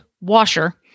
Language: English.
washer